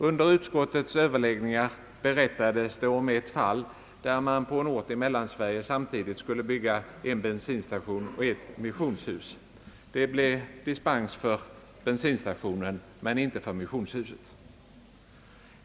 Under utskottets överläggningar berättades om ett fall där man på en ort i Mellansverige samtidigt skulle bygga en bensinstation och ett missionshus. Dispens beviljades för bensinstationen men inte för missionshuset.